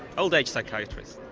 old age psychiatrist.